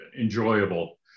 enjoyable